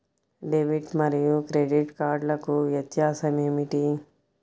Debit మరియు credit కార్డ్లకు వ్యత్యాసమేమిటీ?